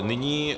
Nyní..